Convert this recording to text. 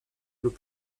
lub